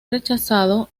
rechazado